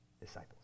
disciples